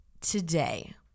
today